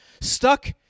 stuck